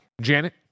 Janet